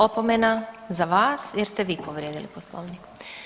Opomena za vas jer ste vi povrijedili Poslovnik.